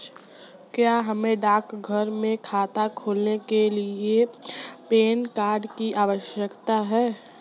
क्या हमें डाकघर में खाता खोलने के लिए पैन कार्ड की आवश्यकता है?